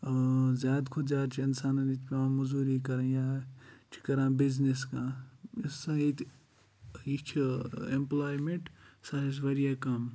زیاد کھۄتہٕ زیاد چھ اِنسانَس ییٚتہِ پیٚوان مزوٗری کرٕنۍ یا چھ کَران بِزنِس کانٛہہ یُس ہسا یِیٚتہِ یہِ چھ اِمپلایمِنٹ سۄ حظ چھ وارِیاہ کَم